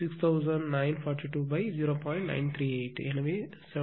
938 எனவே 7397